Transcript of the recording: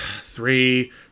Three